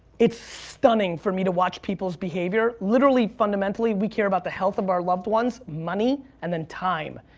it's stunning for me to watch people's behavior. literally, fundamentally we care about the health of our loved ones, money, and then time.